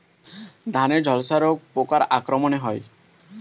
ধানের ঝলসা রোগ পোকার আক্রমণে হয়?